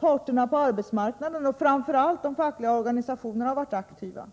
Parterna på arbetsmarknaden och framför allt de fackliga organisationerna har varit aktiva.